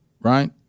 right